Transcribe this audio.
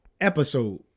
episode